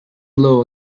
law